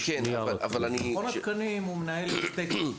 מכון התקנים מנהל את התקן.